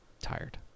Tired